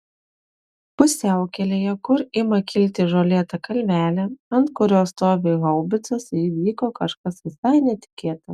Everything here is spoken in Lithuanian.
pusiaukelėje kur ima kilti žolėta kalvelė ant kurios stovi haubicos įvyko kažkas visai netikėta